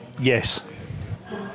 Yes